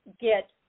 get